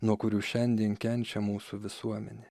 nuo kurių šiandien kenčia mūsų visuomenė